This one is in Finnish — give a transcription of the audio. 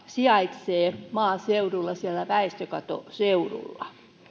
sijaitsee maaseudulla siellä väestökatoseudulla